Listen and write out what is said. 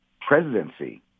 presidency